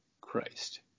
Christ